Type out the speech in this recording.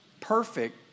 perfect